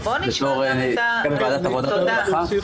בתור יושבת-ראש ועדת העבודה והרווחה.